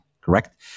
correct